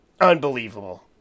Unbelievable